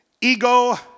Ego